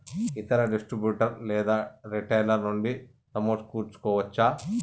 ఇతర డిస్ట్రిబ్యూటర్ లేదా రిటైలర్ నుండి సమకూర్చుకోవచ్చా?